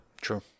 true